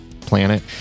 planet